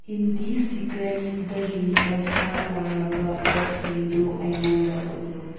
ꯏꯟꯗꯤꯁꯦꯀ꯭ꯔꯦꯠꯁꯇꯒꯤ ꯄꯩꯁꯥ ꯇꯥꯔꯕ ꯄꯣꯠꯁꯤꯡꯗꯨ ꯑꯩꯉꯣꯟꯗ ꯎꯠꯂꯨ